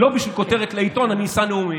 לא בשביל כותרת לעיתון אני אשא נאומים.